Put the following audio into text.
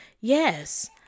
Yes